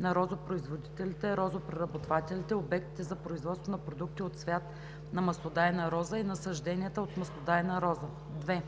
на розопроизводителите, розопреработвателите, обектите за производство на продукти от цвят на маслодайна роза и на насажденията от маслодайна роза; 2.